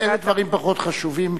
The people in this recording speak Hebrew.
אלה דברים פחות חשובים,